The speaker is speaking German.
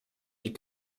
die